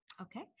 Okay